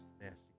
nasty